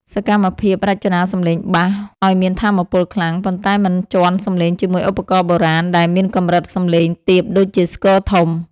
សកម្មភាពរចនាសំឡេងបាស ឱ្យមានថាមពលខ្លាំង ប៉ុន្តែមិនជាន់សំឡេងជាមួយឧបករណ៍បុរាណដែលមានកម្រិតសំឡេងទាបដូចជាស្គរធំ។